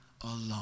alone